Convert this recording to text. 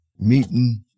meeting